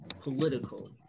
Political